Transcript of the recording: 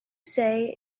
say